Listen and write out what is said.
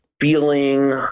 feeling